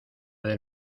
del